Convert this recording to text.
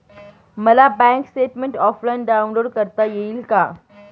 मला bank statement offline download करता येईल का?